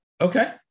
Okay